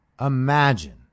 imagine